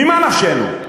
ממה נפשנו,